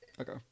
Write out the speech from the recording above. Okay